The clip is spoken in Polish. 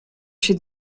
się